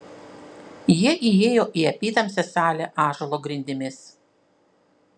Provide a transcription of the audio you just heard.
jie įėjo į apytamsę salę ąžuolo grindimis